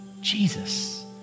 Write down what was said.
Jesus